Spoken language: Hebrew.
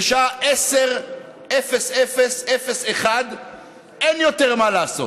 בשעה 22:01 אין יותר מה לעשות.